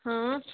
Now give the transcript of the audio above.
ہاں